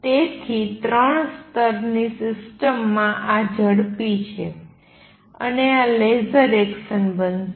તેથી ત્રણ સ્તરની સિસ્ટમમાં આ ઝડપી છે અને આ લેસર એક્શન બનશે